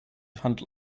handle